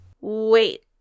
Wait